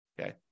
Okay